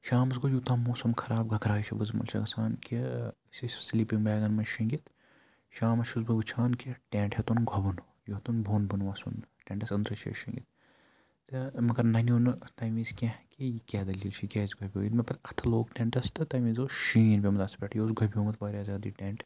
شامَس گوٚو یوٗتاہ موسم خراب گَگراے چھِ وٕزمَل چھےٚ گژھان کہِ أسۍ ٲسۍ سِلیٖپِنٛگ بیگَن منٛز شۄنٛگِتھ شامَس چھُس بہٕ وٕچھان کہِ ٹٮ۪نٛٹ ہیوٚتُن گۄبُن یہِ ہیوٚتُن بۄن بۄن وَسُن ٹٮ۪نٛٹَس أنٛدرٕ چھِ أسۍ شۄنٛگِتھ تہٕ مگر نَنیو نہٕ تَمہِ وِز کینٛہہ کہِ یہِ کیٛاہ دٔلیٖل چھِ یہِ کیٛازِ گۄبیو ییٚلہِ مےٚ پَتہٕ اَتھ لوگ ٹٮ۪نٛٹَس تہٕ تَمہِ وِز اوس شیٖن پیوٚمُت اَتھ پٮ۪ٹھ یہِ اوس گۄبیمُت واریاہ زیادٕ یہِ ٹٮ۪نٛٹ